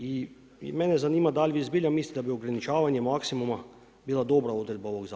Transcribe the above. I mene zanima da li vi zbilja mislite da bi ograničavanjem maksimuma bila dobra odredba ovog zakona?